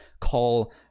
call